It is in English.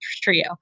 trio